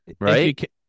right